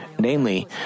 Namely